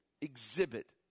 exhibit